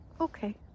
okay